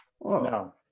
No